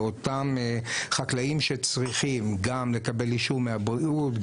לאותם חקלאים שצריכים גם לקבל אישור מהבריאות,